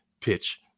pitch